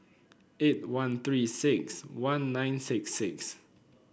eight one Three six one nine six six